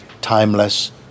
timeless